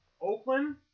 Oakland